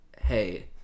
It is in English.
hey